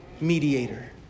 mediator